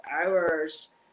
hours